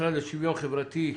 המשרד לשוויון חברתי,